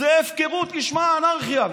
זו הפקרות לשמה, אנרכיה.